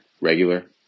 Regular